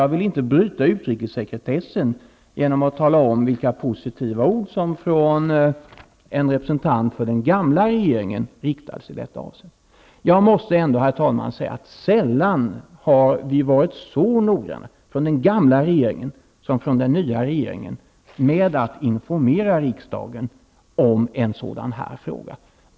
Jag vill inte bryta utrikessekretessen genom att säga vilka positiva ord som från en representant för den gamla regeringen riktades i detta avseende. Herr talman! Jag måste ändå säga att både den nya regeringen och den gamla sällan varit så noggranna med att informera riksdagen som just när det gällt den här frågan.